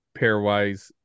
pairwise